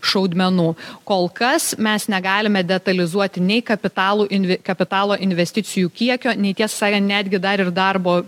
šaudmenų kol kas mes negalime detalizuoti nei kapitalų invi kapitalo investicijų kiekio nei tiesą sakant netgi dar ir darbo